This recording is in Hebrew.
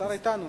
השר איתן עונה.